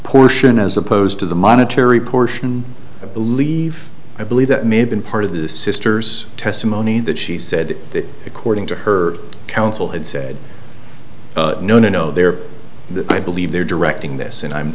portion as opposed to the monetary portion of believe i believe that may have been part of the sister's testimony that she said that according to her counsel had said no no no there i believe they're directing this and i'm